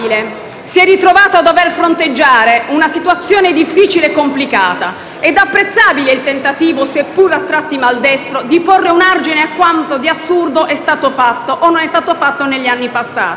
si è ritrovato a dover fronteggiare una situazione difficile e complicata ed apprezzabile è il tentativo, seppur a tratti maldestro, di porre un argine a quanto di assurdo è stato fatto, o non è stato fatto, negli anni passati.